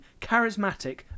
charismatic